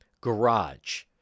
garage